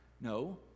No